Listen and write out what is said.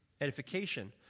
edification